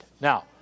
Now